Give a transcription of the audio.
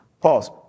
Pause